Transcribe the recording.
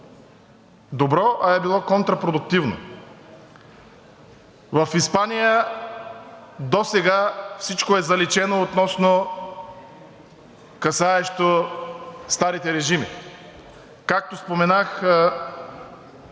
добро, а е било контрапродуктивно. В Испания досега всичко е заличено относно старите режими. Както споменах,